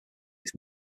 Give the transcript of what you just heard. its